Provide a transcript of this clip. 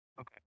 Okay